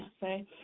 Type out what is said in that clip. say